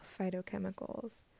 phytochemicals